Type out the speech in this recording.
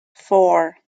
four